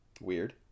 Weird